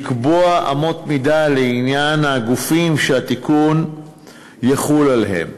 לקבוע אמות מידה לעניין הגופים שהתיקון יחול עליהם.